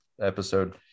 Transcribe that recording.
episode